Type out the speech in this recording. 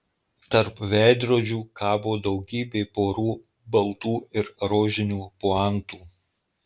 tarp veidrodžių kabo daugybė porų baltų ir rožinių puantų